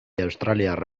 australiar